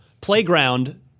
Playground